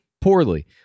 poorly